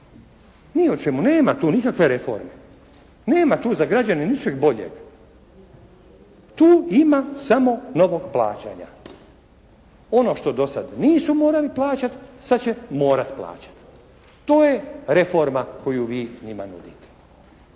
Ni o čemu. Nema tu nikakve reforme. Nema tu za građane ničeg boljeg. Tu ima samo novog plaćanja. Ono što do sad nisu morali plaćati sad će morati plaćati. To je reforma koju vi njima nudite.